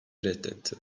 reddetti